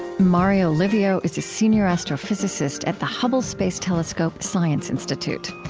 mario livio is a senior astrophysicist at the hubble space telescope science institute.